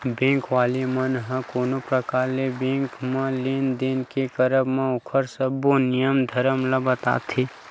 bank वाला मन ह कोनो परकार ले बेंक म लेन देन के करब म ओखर सब्बो नियम धरम ल बताथे